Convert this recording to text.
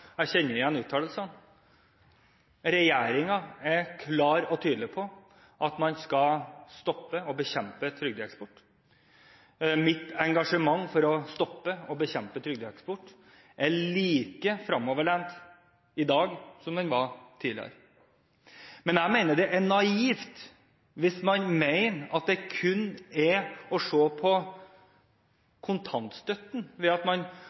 jeg kjenner igjen uttalelsene. Regjeringen er klar og tydelig på at man skal stoppe og bekjempe trygdeeksport. Mitt engasjement for å stoppe og bekjempe trygdeeksport er like fremoverlent i dag som det var tidligere. Men jeg mener det er naivt kun å se på kontantstøtten og si at ved å beholde den på det